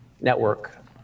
network